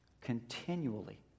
continually